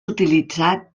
utilitzat